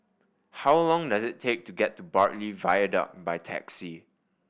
how long does it take to get to Bartley Viaduct by taxi